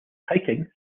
hiking